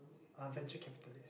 uh venture capitalist